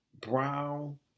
brown